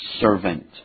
servant